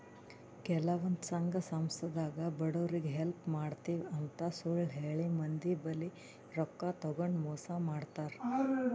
ಕೆಲವಂದ್ ಸಂಘ ಸಂಸ್ಥಾದಾಗ್ ಬಡವ್ರಿಗ್ ಹೆಲ್ಪ್ ಮಾಡ್ತಿವ್ ಅಂತ್ ಸುಳ್ಳ್ ಹೇಳಿ ಮಂದಿ ಬಲ್ಲಿ ರೊಕ್ಕಾ ತಗೊಂಡ್ ಮೋಸ್ ಮಾಡ್ತರ್